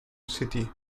city